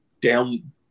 down